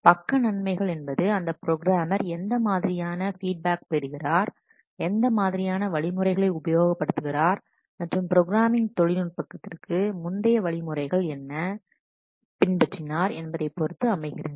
பக்க நன்மைகள் என்பது அந்த ப்ரோக்ராமர் எந்த மாதிரியான ஃபீட்பேக் பெறுகிறார் எந்த மாதிரியான வழிமுறைகளை உபயோகப்படுத்துகிறார் மற்றும் ப்ரோக்ராமிங் தொழில்நுட்பத்திற்கு முந்தைய வழிமுறைகள் என்ன பின்பற்றினார் என்பதைப் பொருத்து அமைகிறது